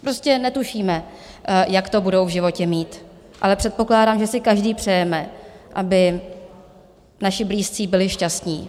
Prostě netušíme, jak to budou v životě mít, ale předpokládám, že si každý přejeme, aby naši blízcí byli šťastní.